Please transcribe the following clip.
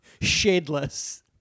shadeless